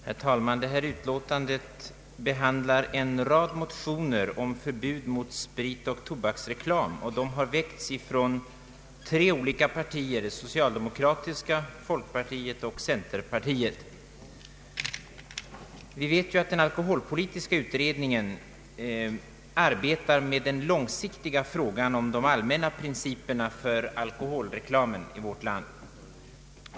Herr talman! Detta utlåtande behandlar en rad motioner om förbud mot spritoch tobaksreklam. De har väckts av riksdagsledamöter från tre olika partier, nämligen det socialdemokratiska, folkpartiet och centerpartiet. Vi vet ju att alkoholpolitiska utredningen arbetar med den långsiktiga frågan om de allmänna principerna för alkoholreklamen i vårt land.